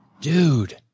dude